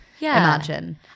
imagine